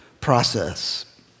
process